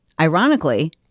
ironically